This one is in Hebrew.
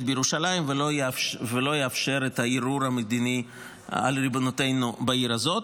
בירושלים ולא יאפשר את הערעור המדיני על ריבונותנו בעיר הזאת.